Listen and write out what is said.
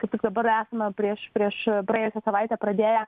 kaip tik dabar esame prieš prieš praėjusią savaitę pradėję